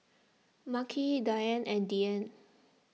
Makhi Diann and Deane